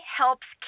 helps